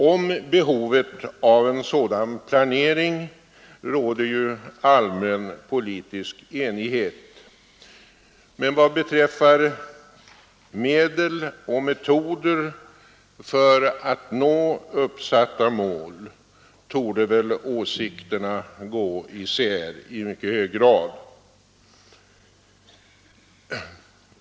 Om behovet av en sådan planering råder ju allmän politisk enighet. Vad beträffar medel och metoder för att nå uppsatta mål torde väl åsikterna gå isär i mycket hög grad.